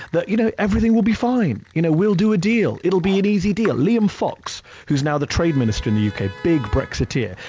you know everything will be fine. you know we'll do a deal. it'll be an easy deal. liam fox, who's now the trade minister in the u. k, big brexiteer.